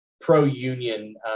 pro-Union